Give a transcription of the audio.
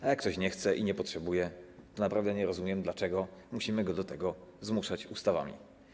A jak ktoś nie chce i nie potrzebuje, to naprawdę nie rozumiem, dlaczego musimy go do tego zmuszać ustawami.